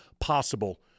possible